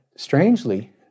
Strangely